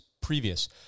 previous